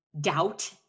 doubt